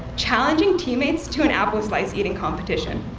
challenge and teammates to an apple-slice eating competition.